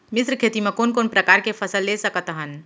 मिश्र खेती मा कोन कोन प्रकार के फसल ले सकत हन?